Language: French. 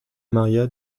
maria